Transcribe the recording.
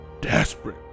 desperate